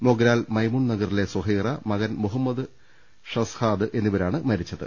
മൊഗ്രാൽ മൈമൂൺ നഗറിലെ സുഹൈറ മകൻ മുഹ മ്മദ് ഷസ്ഹാദ് എന്നിവരാണ് മരിച്ചത്